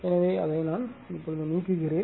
எனவே அதை நீக்குகிறேன்